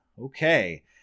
Okay